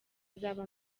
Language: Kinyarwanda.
azaba